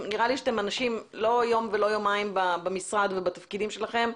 נראה לי שאתם אנשים שהם לא יום ולא יומיים במשרד ובתפקידים שלכם.